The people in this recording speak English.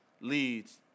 leads